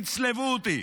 יצלבו אותי.